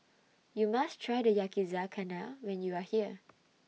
YOU must Try The Yakizakana when YOU Are here